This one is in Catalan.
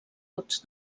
vots